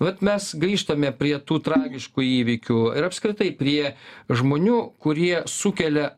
bet mes grįžtame prie tų tragiškų įvykių ir apskritai prie žmonių kurie sukelia